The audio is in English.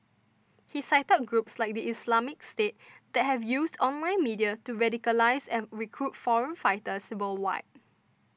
he cited groups like the Islamic State that have used online media to radicalise and recruit foreign fighters worldwide